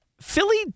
Philly